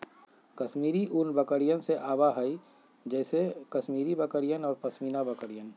कश्मीरी ऊन बकरियन से आवा हई जैसे कश्मीरी बकरियन और पश्मीना बकरियन